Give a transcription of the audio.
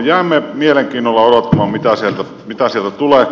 jäämme mielenkiinnolla odottamaan mitä sieltä tulee